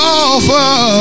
offer